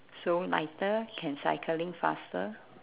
so lighter can cycling faster